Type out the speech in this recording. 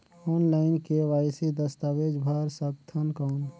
Online KYC दस्तावेज भर सकथन कौन?